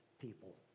people